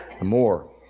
more